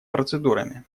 процедурами